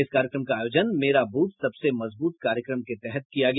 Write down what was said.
इस कार्यक्रम का आयोजन मेरा ब्रथ सबसे मजबूत कार्यक्रम के तहत किया गया